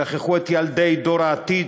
שכחו את ילדי דור העתיד,